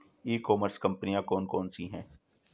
ई commerce कंपनियाँ कौन कौन सी हैं?